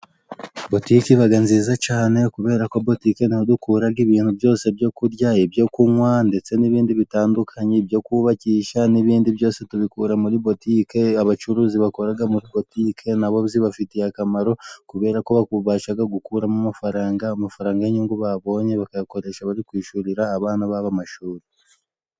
Butike iba nziza cyane kubera ko butike ni ho dukura ibintu byose byo kurya, ibyo kunywa ndetse n'ibindi bitandukanye, ibyo kubabakisha n'ibindi byose tubikura muri butike. Abacuruzi bakora muri butike nabo zibafitiye akamaro kubera ko babasha gukuramo amafaranga; amafaranga y'inyungu babonye bakayakoresha bari kwishyurira abana babo amashuri.